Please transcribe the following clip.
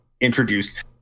introduced